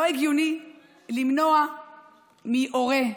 לא הגיוני למנוע מהורה,